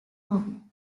come